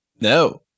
No